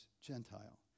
Gentile